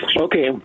Okay